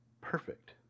perfect